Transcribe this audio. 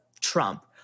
Trump